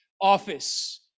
office